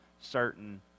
certain